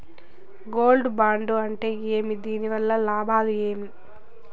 Gold bond అంటే ఏమి? దీని వల్ల లాభాలు ఏమి?